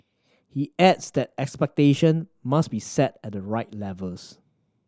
he adds that expectation must be set at the right levels